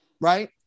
right